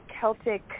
Celtic